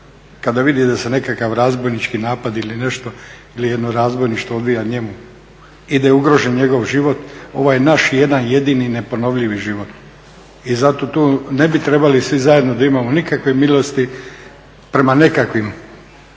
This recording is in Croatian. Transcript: Kad vidi da se nekakav razbojnički napad ili nešto, ili jedno razbojništvo odvija njegu, i da je ugrožen njegov život ovaj naš jedan jedini neponovljivi život, i zato tu ne bi trebali svi zajedno da imamo nikakve milost prema nekakvim